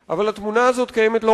התמונה של ההתמודדות הסביבתית שאנחנו